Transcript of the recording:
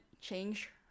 change